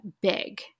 big